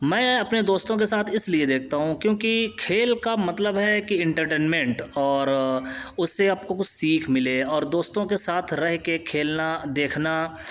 میں اپنے دوستو کے ساتھ اس لیے دیکھتا ہوں کیوںکہ کھیل کا مطلب ہے کہ انٹرٹینمنٹ اور اس سے آپ کو کچھ سیکھ ملے اور دوستو کے ساتھ رہ کے کھیلنا دیکھنا